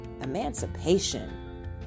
emancipation